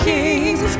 Kings